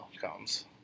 comes